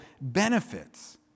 benefits